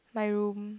my room